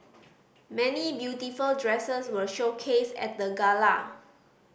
many beautiful dresses were showcased at the gala